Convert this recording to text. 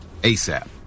ASAP